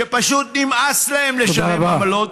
שפשוט נמאס להם לשלם עמלות,